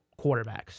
quarterbacks